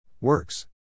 Works